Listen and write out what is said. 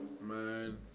Man